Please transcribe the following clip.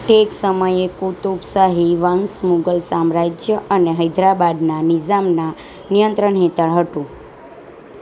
તે એક સમયે કુતુબશાહી વંશ મુગલ સામ્રાજ્ય અને હૈદરાબાદના નિઝામનાં નિયંત્રણ હેઠળ હતું